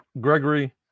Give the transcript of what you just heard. Gregory